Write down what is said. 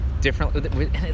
different